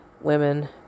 women